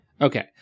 Okay